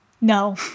no